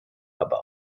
aber